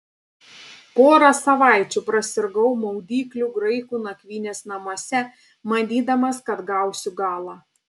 porą savaičių prasirgau maudyklių graikų nakvynės namuose manydamas kad gausiu galą